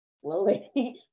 slowly